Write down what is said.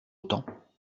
autant